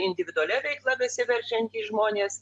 individualia veikla besiverčiantys žmonės